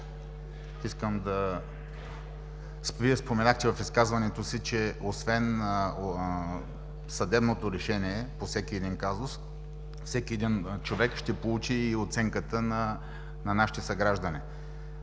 защото споменахте в изказването си, че освен съдебното решение по всеки един казус, всеки един човек ще получи и оценката на нашите съграждани.